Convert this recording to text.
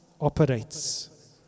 operates